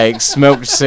smoked